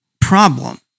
problem